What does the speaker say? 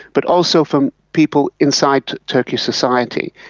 but also from people inside turkish society.